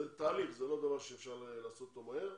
זה תהליך, זה לא דבר שאפשר לעשות אותו מהר.